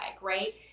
right